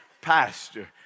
Pastor